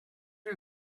you